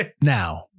now